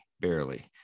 barely